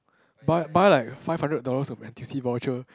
buy buy like five hundred dollars of n_t_u_c voucher